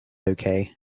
okay